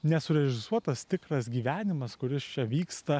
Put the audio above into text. nesurežisuotas tikras gyvenimas kuris čia vyksta